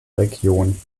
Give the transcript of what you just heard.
region